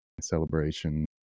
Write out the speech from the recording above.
celebration